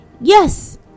Yes